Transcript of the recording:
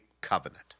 Covenant